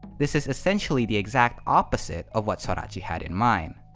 this is essentially the exact opposite of what sorachi had in mind.